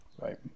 Right